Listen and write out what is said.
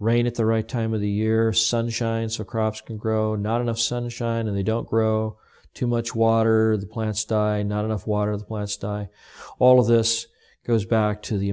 rain at the right time of the year sun shines across can grow not enough sunshine and they don't grow too much water the plants die not enough water the plants die all of this goes back to the